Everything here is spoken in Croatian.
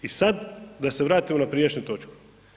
I sad da se vratimo na prijašnju točku.